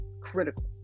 Critical